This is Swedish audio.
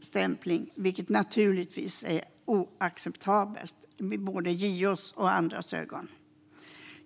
stämpling, vilket naturligtvis är oacceptabelt i både JO:s och andras ögon.